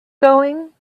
going